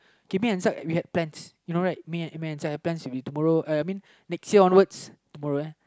Kipin and Site we have plans you know right me and Site should be tomorrow uh I mean next year onward tomorrow eh